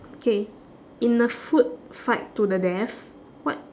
okay in a food fight to the death what